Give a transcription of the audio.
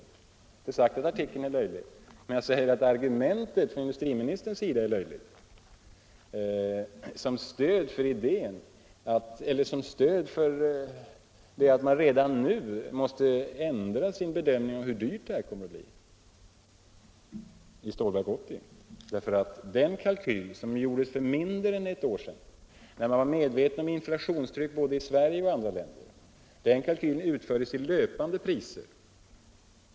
Jag har inte sagt att artikeln är löjlig, men jag menar att industriministerns argument som stöd för det förhållandet att man redan nu måste ändra sin bedömning av hur dyrt Stålverk 80 kommer att bli är löjligt. Den kalkyl som gjordes för mindre än ett år sedan, när man var medveten om inflationstrycket både i Sverige och i andra länder, utfördes i löpande priser.